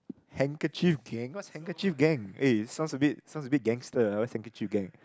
handkerchief gang what's handkerchief gang eh sounds a bit sounds a bit gangster ah what's handkerchief gang